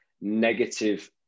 negative